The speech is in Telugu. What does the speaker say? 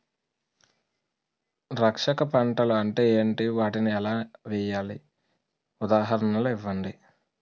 రక్షక పంటలు అంటే ఏంటి? వాటిని ఎలా వేయాలి? ఉదాహరణలు ఇవ్వండి?